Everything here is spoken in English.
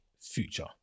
future